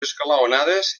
esglaonades